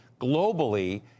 globally